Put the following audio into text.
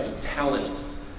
talents